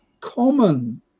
common